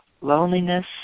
loneliness